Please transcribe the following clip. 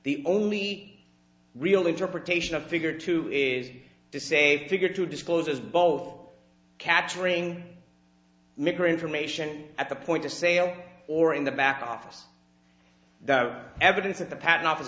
the only real interpretation of figure two is to say figure to disclose as both capturing maker information at the point of sale or in the back office the evidence of the patent office